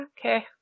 okay